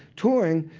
touring,